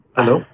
Hello